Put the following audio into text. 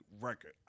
record